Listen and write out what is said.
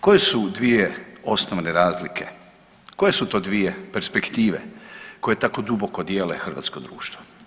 Koje su dvije osnovne razlike, koje su to dvije perspektive koje tako duboko dijele hrvatsko društvo?